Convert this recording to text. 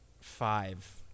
five